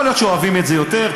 יכול להיות שאוהבים את זה יותר,